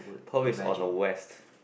Perth is on the west